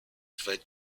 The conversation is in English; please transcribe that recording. fled